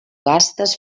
gastes